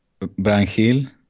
Brangil